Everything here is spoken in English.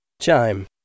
Chime